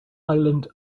island